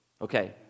Okay